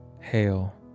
Hail